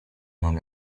mam